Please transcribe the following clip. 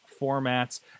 formats